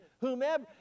whomever